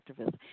activists